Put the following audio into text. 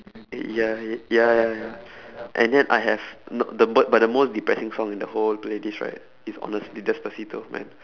ya y~ ya ya and yet I have th~ the but the most depressing song in the whole playlist right is honestly despacito man